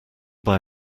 buy